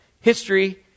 history